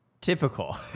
typical